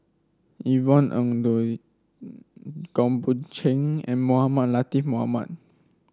Yvonne Ng Uhde Goh Boon Teck and Mohamed Latiff Mohamed